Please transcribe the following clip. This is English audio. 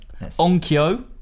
Onkyo